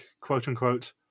quote-unquote